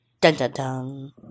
Dun-dun-dun